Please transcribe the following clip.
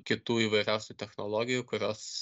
kitų įvairiausių technologijų kurios